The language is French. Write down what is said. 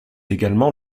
également